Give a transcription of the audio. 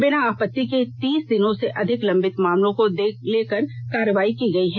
बिना आपत्ति के तीस दिनों से अधिक लंबित मामलों को लेकर कार्रवाई की गई है